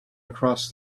across